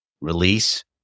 release